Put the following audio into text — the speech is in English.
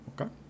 Okay